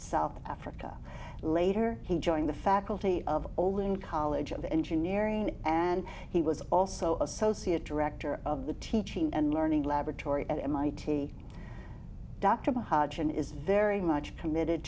south africa later he joined the faculty of old in college of engineering and he was also associate director of the teaching and learning laboratory at mit dr mahajan is very much committed